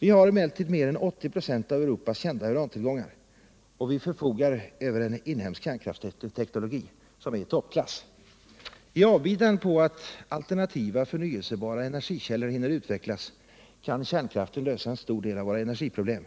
Vi har emellertid mer än 80 26 av Europas kända urantillgångar, och vi förfogar över en inhemsk kärnkraftsteknologi som är i toppklass. I avbidan på att alternativa, förnyelsebara energikällor hinner utvecklas kan kärnkraften lösa en stor del av våra energiproblem